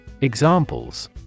Examples